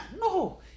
No